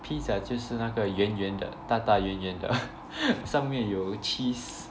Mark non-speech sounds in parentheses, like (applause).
pizza 就是那个圆圆的大大圆圆的 (laughs) 上面有 cheese